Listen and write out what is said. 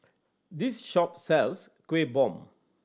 this shop sells Kueh Bom